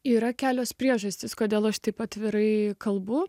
yra kelios priežastys kodėl aš taip atvirai kalbu